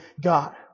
God